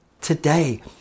today